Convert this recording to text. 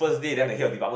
like